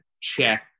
check